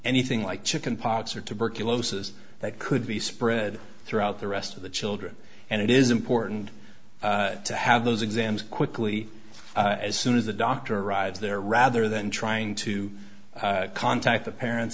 anything like chicken pox or tuberculosis that could be spread throughout the rest of the children and it is important to have those exams quickly as soon as the doctor arrives there rather than trying to contact the parents